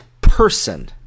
person